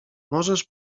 możesz